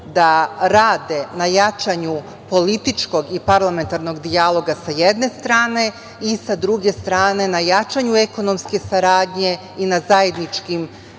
da rade na jačanju političkog i parlamentarnog dijaloga, sa jedne strane, i sa druge strane na jačanju ekonomske saradnje i na zajedničkim